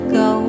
go